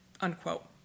unquote